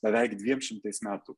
beveik dviem šimtais metų